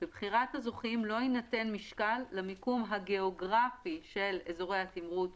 בבחירת הזוכים לא יינתן משקל למיקום הגיאוגרפי של אזורי התמרוץ